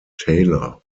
taylor